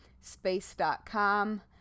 space.com